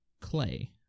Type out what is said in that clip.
Clay